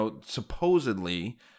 supposedly